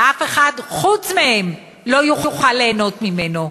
ואף אחד חוץ מהם לא יוכל ליהנות ממנו.